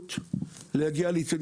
נגישות להגיע לאצטדיון,